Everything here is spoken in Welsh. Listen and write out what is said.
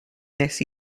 wnes